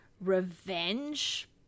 revenge